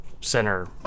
Center